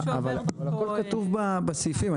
הכל כתוב בסעיפים.